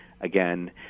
again